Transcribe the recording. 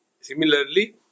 Similarly